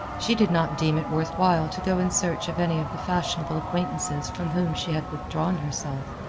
she did not deem it worth while to go in search of any of the fashionable acquaintances from whom she had withdrawn herself.